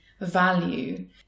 value